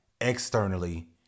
externally